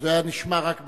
אז הוא היה נשמע רק בינואר.